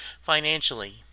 financially